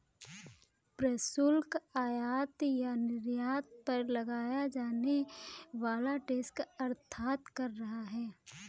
प्रशुल्क, आयात या निर्यात पर लगाया जाने वाला टैक्स अर्थात कर है